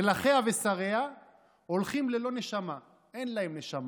מלכיה ושריה הולכים ללא נשמה, אין להם נשמה,